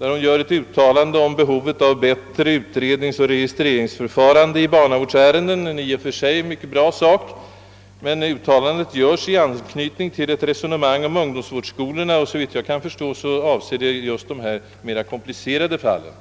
göres ett uttalande om behovet av bättre utredningsoch registreringsförfarande i barnavårdsärenden. Det är en i och för sig mycket bra sak, men uttalandet göres i anknytning till ett resonemang om ungdomsvårdsskolorna, och såvitt jag förstår avser det de mera komplicerade fallen.